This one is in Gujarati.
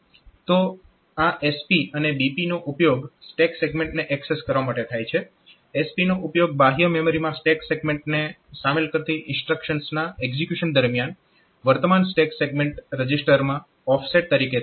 તો આ SP અને BP નો ઉપયોગ સ્ટેક સેગમેન્ટને એક્સેસ કરવા માટે થાય છે SP નો ઉપયોગ બાહ્ય મેમરીમાં સ્ટેક સેગમેન્ટને સામેલ કરતી ઇન્સ્ટ્રક્શન્સના એક્ઝિક્યુશન દરમિયાન વર્તમાન સ્ટેક સેગમેન્ટ રજીસ્ટરમાં ઓફસેટ તરીકે થાય છે